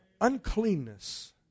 uncleanness